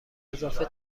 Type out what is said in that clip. اضافه